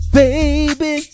baby